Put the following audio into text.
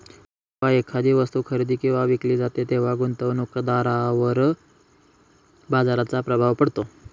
जेव्हा एखादी वस्तू खरेदी किंवा विकली जाते तेव्हा गुंतवणूकदारावर बाजाराचा प्रभाव पडतो